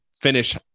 finish